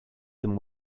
them